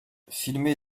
filmé